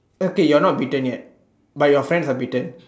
okay you're not bitten yet but your friends are bitten